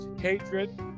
hatred